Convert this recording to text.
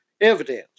evidence